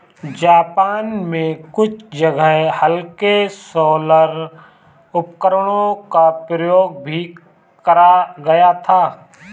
Japan में कुछ जगह हल्के सोलर उपकरणों का प्रयोग भी करा गया था